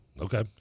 Okay